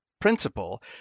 principle